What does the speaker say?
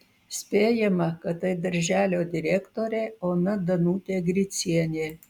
spėjama kad tai darželio direktorė ona danutė gricienė